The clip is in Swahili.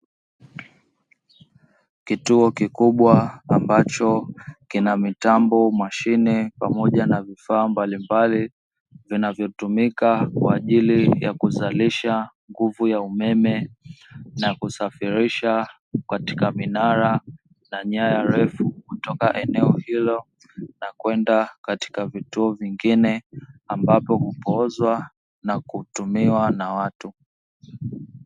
Kituo kikubwa ambacho kina mitambo mashine pamoja na vifaa mbalimbali, vinavyotumika kwa ajili ya kuzalisha nguvu ya umeme na kusafirisha katika minara na nyaya refu, kutoka eneo hilo, na kwenda katika vituo vingine, ambapo hupoozwa na kutumiwa na watu.